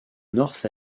north